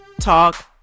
talk